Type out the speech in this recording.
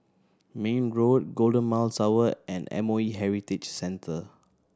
Mayne Road Golden Mile Tower and M O E Heritage Center